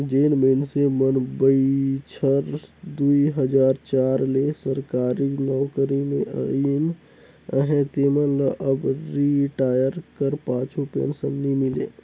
जेन मइनसे मन बछर दुई हजार चार ले सरकारी नउकरी में अइन अहें तेमन ल अब रिटायर कर पाछू पेंसन नी मिले